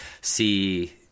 see